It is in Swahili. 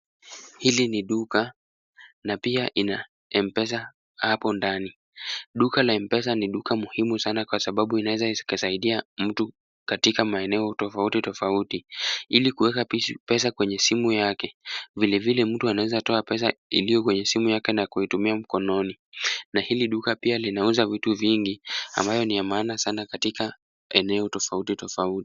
Hili ni duka na pia ina Mpesa hapo ndani. Duka la Mpesa ni duka muhimu sana kwa sababu inaweza inasaidia mtu katika maeneo tofauti tofauti ili kuweka pesa kwenye simu yake, vile vile mtu anaweza toa pesa iliyo kwenye simu yake na kuitumia mkononi na hili duka pia linauza vitu vingi ambayo ni ya maana sana katika eneo tofauti tofauti.